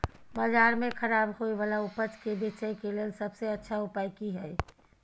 बाजार में खराब होय वाला उपज के बेचय के लेल सबसे अच्छा उपाय की हय?